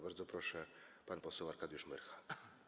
Bardzo proszę, pan poseł Arkadiusz Myrcha.